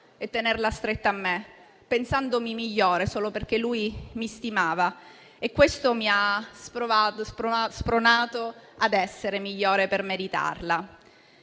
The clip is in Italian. di tenere stretta a me, pensandomi migliore solo perché lui mi stimava e questo mi ha spronata ad essere migliore per meritarla.